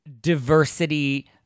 diversity